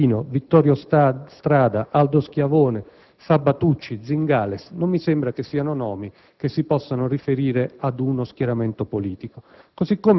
Ichino, Vittorio Strada, Aldo Schiavone, Sabbatucci e Zingales. Non mi sembra siano nomi che si possano riferire ad uno schieramento politico,